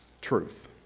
truth